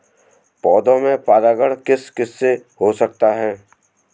पौधों में परागण किस किससे हो सकता है?